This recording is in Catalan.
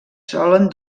solen